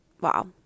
wow